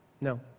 no